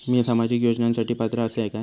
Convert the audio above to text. मी सामाजिक योजनांसाठी पात्र असय काय?